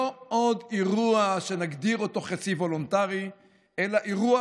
לא עוד אירוע שנגדיר אותו חצי וולונטרי אלא אירוע